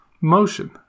Motion